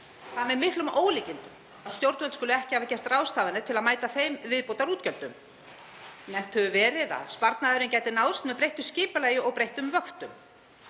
Það er með miklum ólíkindum að stjórnvöld skuli ekki hafa gert ráðstafanir til að mæta þeim viðbótarútgjöldum. Nefnt hefur verið að sparnaðurinn gæti náðst með breyttu skipulagi og breyttum vöktum.